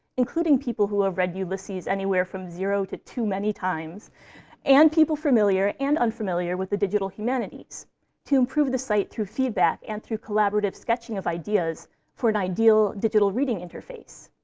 including people who have read ulysses anywhere from zero to too many times and people familiar and unfamiliar with the digital humanities to improve the site through feedback and through collaborative sketching of ideas for an ideal digital reading interface.